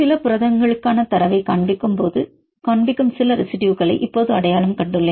சில புரதங்களுக்கான தரவைக் காண்பிக்கும் சில ரெசிடுயுகளை இப்போது அடையாளம் கண்டுள்ளேன்